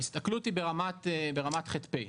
ההסתכלות היא ברמת ח"פ,